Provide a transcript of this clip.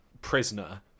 prisoner